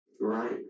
Right